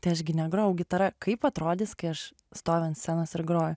tai aš gi negrojau gitara kaip atrodys kai aš stoviu ant scenos ir groju